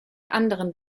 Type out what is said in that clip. anderen